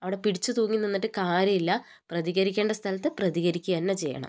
അവിടെ പിടിച്ച് തൂങ്ങി നിന്നിട്ട് കാര്യമില്ല പ്രതികരിക്കേണ്ട സ്ഥലത്ത് പ്രതികരിക്കന്നെ ചെയ്യണം